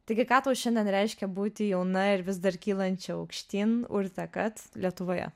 taigi ką tau šiandien reiškia būti jauna ir vis dar kylančia aukštyn urte kat lietuvoje